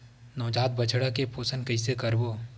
नवजात बछड़ा के पोषण कइसे करबो?